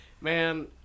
Man